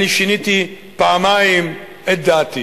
אני שיניתי פעמיים את דעתי.